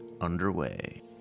underway